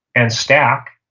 and stack